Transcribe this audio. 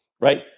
right